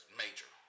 major